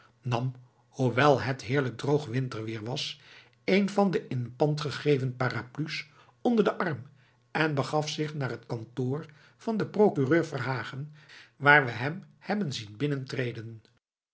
nam hoewel het heerlijk droog winterweer was een van de in pand gegeven parapluies onder den arm en begaf zich naar het kantoor van den procureur verhagen waar we hem hebben zien